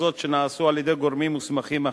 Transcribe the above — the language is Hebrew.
יחול על ההכרזות שנעשו על-ידי גורמים מוסמכים אחרים,